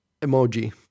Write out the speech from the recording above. emoji